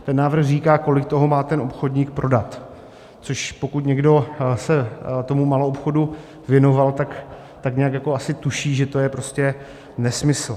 Ten návrh říká, kolik toho má ten obchodník prodat, což, pokud někdo se maloobchodu věnoval, tak nějak asi tuší, že to je prostě nesmysl.